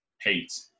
Hate